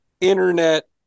internet